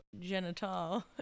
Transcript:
genital